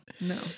no